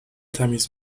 تمیز